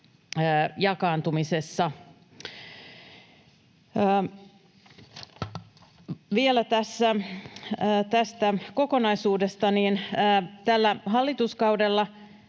jakaantumisessa. Vielä tästä kokonaisuudesta: Tällä hallituskaudella